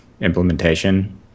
implementation